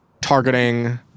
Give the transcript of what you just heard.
targeting